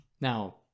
now